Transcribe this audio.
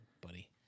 buddy